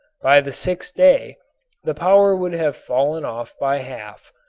by the sixth day the power would have fallen off by half.